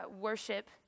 worship